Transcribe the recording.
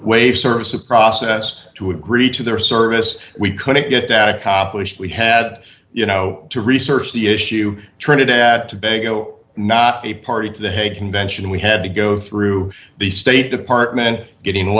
waive service a process to agree to their service we couldn't get out accomplished we had you know to research the issue trinidad tobago not be party to the hague convention we had to go through the state department getting